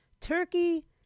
Turkey